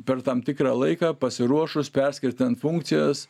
per tam tikrą laiką pasiruošus perskirtant funkcijas